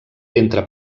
entre